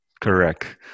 Correct